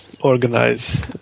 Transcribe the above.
organize